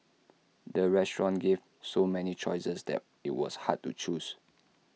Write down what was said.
the restaurant gave so many choices that IT was hard to choose